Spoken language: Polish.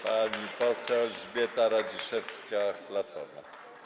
Pani poseł Elżbieta Radziszewska, Platforma.